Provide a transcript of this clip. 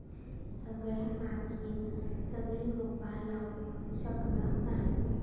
सगळ्या मातीयेत सगळी रोपा लावू शकना नाय